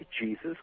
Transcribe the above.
Jesus